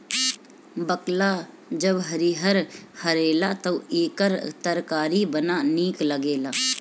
बकला जब हरिहर रहेला तअ एकर तरकारी बड़ा निक लागेला